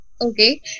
Okay